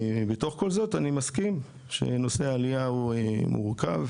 בתוך כל זאת, אני מסכים שנושא העלייה הוא מורכב.